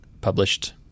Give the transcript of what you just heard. published